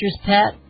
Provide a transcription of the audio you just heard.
pet